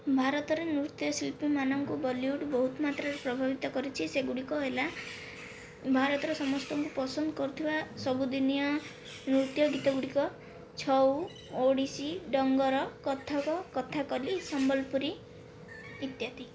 ଭାରତରେ ନୃତ୍ୟଶିଳ୍ପୀମାନଙ୍କୁ ବଲିଉଡ୍ ବହୁତ ମାତ୍ରାରେ ପ୍ରଭାବିତ କରିଛି ସେଗୁଡ଼ିକ ହେଲା ଭାରତର ସମସ୍ତଙ୍କୁ ପସନ୍ଦ କରୁଥିବା ସବୁ ଦିନିଆ ନୃତ୍ୟ ଗୀତଗୁଡ଼ିକ ଛଉ ଓଡ଼ିଶୀ ଡଙ୍ଗର କଥକ କଥାକଲି ସମ୍ବଲପୁରୀ ଇତ୍ୟାଦି